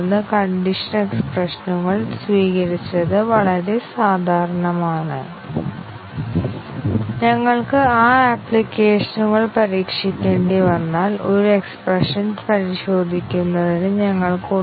Euclid GCD പ്രോഗ്രാമിൽ രണ്ട് branch നിബന്ധനകളുണ്ട് അതിനാൽ ഞങ്ങൾക്ക് നാല് ബ്രാഞ്ച് ഫലങ്ങളും നാല് സാധ്യമായ ബ്രാഞ്ച് ഫലങ്ങളും ഉണ്ടാകും അവയിൽ എത്രയെണ്ണം എടുത്തിട്ടുണ്ടെന്നതിനെ ആശ്രയിച്ച് ഞങ്ങൾക്ക് എക്സിക്യൂട്ട് ചെയ്ത ബ്രാഞ്ചുകളുടെ എണ്ണം ഉണ്ടാകും